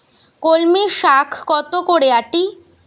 কলমি শাখ কত করে আঁটি?